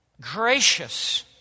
gracious